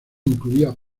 incluía